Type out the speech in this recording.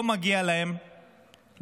לא מגיע להם לצאת